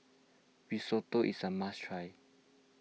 Risotto is a must try